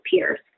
peers